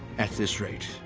at this rate,